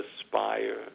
aspire